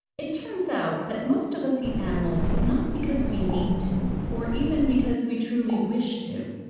it turns out, that most of us eat animals not because we need to, or even because we truly wish to,